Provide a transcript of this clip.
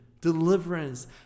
deliverance